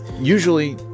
usually